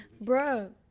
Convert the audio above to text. Bro